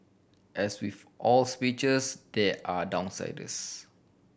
as with all speeches there are downsides